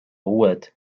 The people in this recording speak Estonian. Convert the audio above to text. uued